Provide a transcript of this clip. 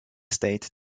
state